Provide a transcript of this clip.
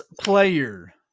player